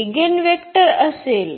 eigenvector असेल